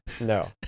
No